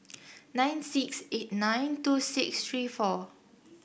nine six eight nine two six three four